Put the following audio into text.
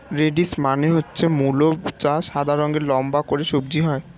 radish মানে হচ্ছে মূলো যা সাদা রঙের লম্বা করে সবজি হয়